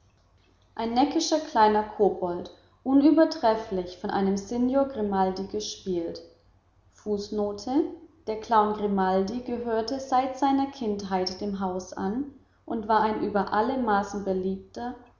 ein kleiner neckischer kobold unübertrefflich von einem signor grimaldi fußnote der clown grimaldi gehörte seit seiner kindheit dem haus an und war ein über alle maßen beliebter